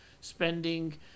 spending